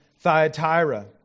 Thyatira